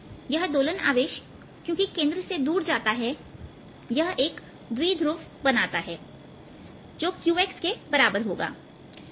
यह दोलन आवेश क्योंकि केंद्र से दूर जाता हैयह एक द्विध्रुव बनाता हैजो qx के बराबर होगा